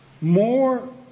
more